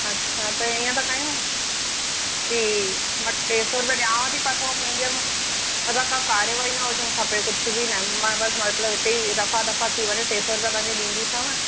अछा त ईअं था कयूं की मां टे सौ रुपया ॾियांव थी पर पोइ मुंहिंजे अॻियां का काररवाई न हुजणु खपे कुझु बि न मां बसि मतिलबु हिते ई रफ़ा दफ़ा थी वञे टे सौ रुपया ॾींदीसांव